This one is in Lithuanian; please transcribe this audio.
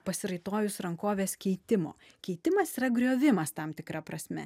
pasiraitojus rankoves keitimo keitimas yra griovimas tam tikra prasme